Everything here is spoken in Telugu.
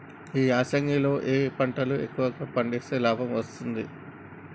ఈ యాసంగి లో ఏ పంటలు ఎక్కువగా పండిస్తే లాభం వస్తుంది?